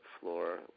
floor